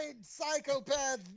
psychopath